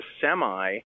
semi